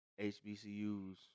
HBCUs